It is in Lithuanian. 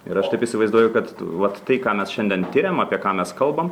ir aš taip įsivaizduoju kad vat tai ką mes šiandien tiriam apie ką mes kalbam